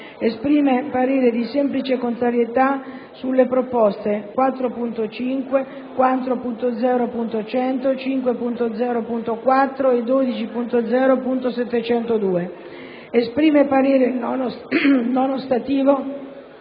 Esprime parere di semplice contrarietà sulle proposte 4.5, 4.0.100, 5.0.4 e 12.0.702. Esprime parere non ostativo